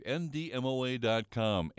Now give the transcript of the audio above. ndmoa.com